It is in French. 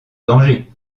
danger